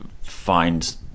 find